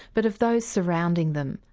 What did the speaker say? but of those surrounding them.